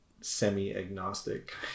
semi-agnostic